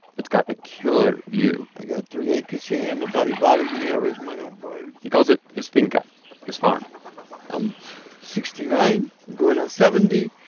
it's got a killer view i got three acres here. nobody bothers me. i raise my own birds he calls it his finca his farm i'm sixty nine. i'm going on seventy.